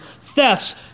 thefts